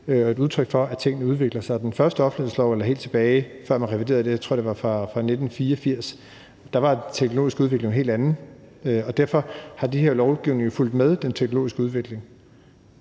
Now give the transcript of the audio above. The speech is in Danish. er et udtryk for, at tingene udvikler sig. Den første offentlighedslov er helt tilbage fra 1984. Der var den teknologiske udvikling jo et helt andet sted. Derfor har den her lovgivning jo fulgt med den teknologiske udvikling.